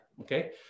okay